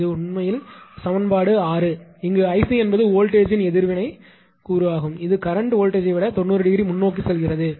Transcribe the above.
இது உண்மையில் சமன்பாடு 6 இங்கு 𝐼𝑐 என்பது வோல்ட்டேஜின் எதிர்வினைரியாக்ட்டிவ் கூறு ஆகும் இது கரண்ட் வோல்ட்டேஜை விட 90 ° முன்னோக்கி செல்கிறது